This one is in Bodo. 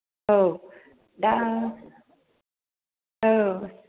औ दा औ